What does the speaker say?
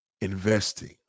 investing